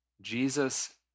Jesus